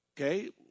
Okay